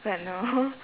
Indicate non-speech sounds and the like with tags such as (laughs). but no (laughs)